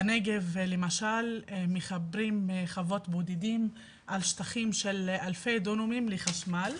בנגב למשל מחברים חוות בודדים על שטחים של אלפי דונמים לחשמל,